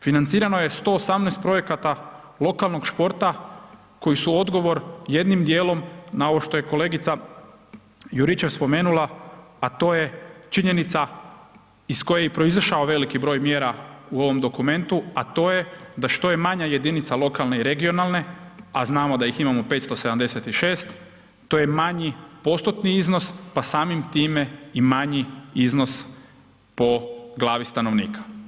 Financirano je 118 projekata lokalnog športa koji su odgovor jednim dijelom na ovo što je kolegica Juričev spomenula, a to je činjenica iz koje je proizašao veliki broj mjera u ovom dokumenti, a to je da što je manja jedinica lokalne i regionalne, a znamo da ih imamo 576, to je manji postotni iznos, pa samim time i manji iznos po glavi stanovnika.